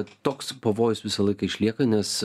toks pavojus visą laiką išlieka nes